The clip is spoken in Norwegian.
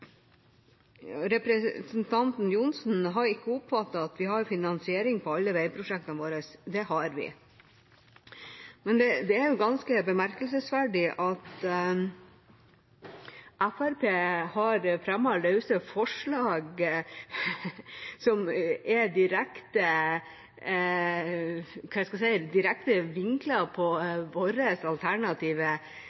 Representanten Johnsen har ikke oppfattet at vi har finansiering av alle veiprosjektene våre, men det har vi. Det er ganske bemerkelsesverdig at Fremskrittspartiet har fremmet løse forslag som er direkte